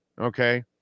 okay